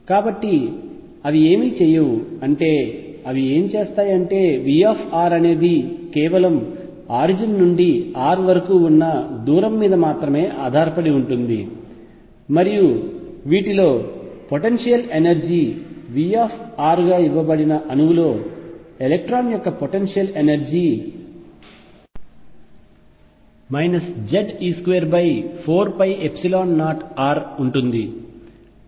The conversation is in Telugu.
కాబట్టి అవి ఏమి చేయవు అంటే అవి ఏమి చేస్తాయి అంటే V అనేది కేవలం ఆరిజిన్ నుండి r వరకు ఉన్న దూరం మీద మాత్రమే ఆధారపడి ఉంటుంది మరియు వీటిలో పొటెన్షియల్ ఎనర్జీ V ఇవ్వబడిన అణువులో ఎలక్ట్రాన్ యొక్క పొటెన్షియల్ ఎనర్జీ Ze24π0r ఉంటుంది